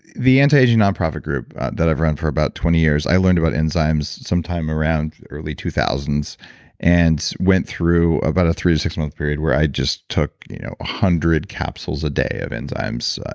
the anti-aging non-profit group that i've run for about twenty years, i learned about enzymes sometime around early two thousand and went through about a three to six month period where i just took you know a one hundred capsules a day of enzymes,